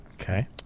Okay